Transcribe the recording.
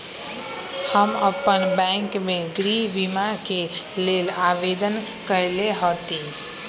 हम अप्पन बैंक में गृह बीमा के लेल आवेदन कएले हति